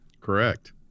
Correct